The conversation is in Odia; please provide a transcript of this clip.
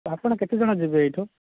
ଆପଣ କେତେ ଜଣ ଯିବେ ଏଇଠୁ